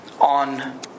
on